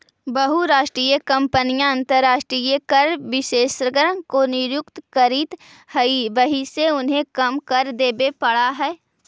बहुराष्ट्रीय कंपनियां अंतरराष्ट्रीय कर विशेषज्ञ को नियुक्त करित हई वहिसे उन्हें कम कर देवे पड़ा है